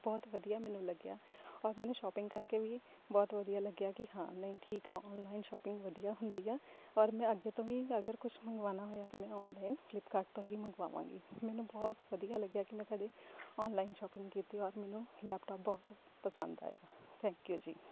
ਬਹੁਤ ਵਧੀਆ ਮੈਨੂੰ ਲੱਗਿਆ ਔਰ ਮੈਨੂੰ ਸ਼ੋਪਿੰਗ ਕਰਕੇ ਵੀ ਬਹੁਤ ਵਧੀਆ ਲੱਗਿਆ ਕਿ ਹਾਂ ਨਹੀਂ ਠੀਕ ਆ ਔਨਲਾਈਨ ਸ਼ੋਪਿੰਗ ਵਧੀਆ ਹੁੰਦੀ ਆ ਔਰ ਮੈਂ ਅੱਗੇ ਤੋਂ ਵੀ ਅਗਰ ਕੁਛ ਮੰਗਵਾਉਣਾ ਹੋਇਆ ਤਾਂ ਮੈਂ ਔਨਲਾਈਨ ਫਲਿਪਕਾਟ ਤੋਂ ਹੀ ਮੰਗਵਾਵਾਂਗੀ ਮੈਨੂੰ ਬਹੁਤ ਵਧੀਆ ਲੱਗਿਆ ਕਿ ਮੈਂ ਤੁਹਾਡੇ ਔਨਲਾਈਨ ਸ਼ਾਪਿੰਗ ਕੀਤੀ ਔਰ ਮੈਨੂੰ ਲੈਪਟੋਪ ਬਹੁਤ ਪਸੰਦ ਆਇਆ ਥੈਂਕ ਯੂ ਜੀ